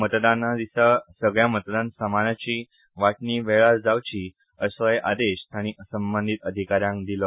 मतदाना दिसा सगळ्या मतदान सामानाची वाटणी वेळार जावची असोय आदेश तांणी संबंधीत अधिकाऱ्यांक दिलो